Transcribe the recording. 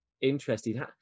interested